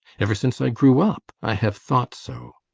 ever since i grew up, i have thought so.